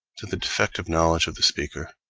to the defective knowledge of the speaker,